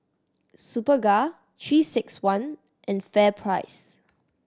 Superga Three Six One and FairPrice